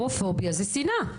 הומופוביה זו שנאה.